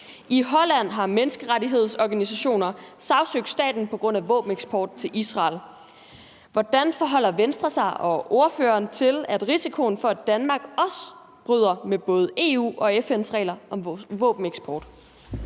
I Holland har menneskerettighedsorganisationer sagsøgt staten på grund af våbeneksport til Israel. Hvordan forholder ordføreren og Venstre sig til risikoen for, at Danmark også bryder med både EU og FN's regler om våbeneksport?